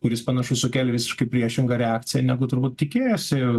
kuris panašu sukelia visiškai priešingą reakciją negu turbūt tikėjosi